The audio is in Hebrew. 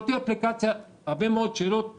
לא תהיה אפליקציה הרבה מאוד שאלות טכניות,